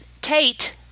Tate